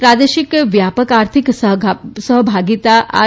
પ્રાદેશિક વ્યાપક આર્થિક સહભાગિતા આર